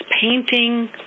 painting